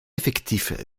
effectif